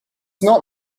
not